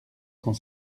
cent